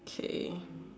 okay